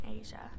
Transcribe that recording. Asia